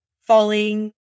falling